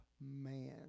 Man